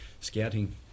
scouting